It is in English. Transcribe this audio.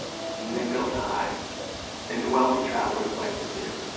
and they built high and the wealthy travelers liked the view.